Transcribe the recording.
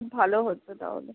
ভালো হতো তাহলে